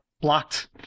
Blocked